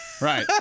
Right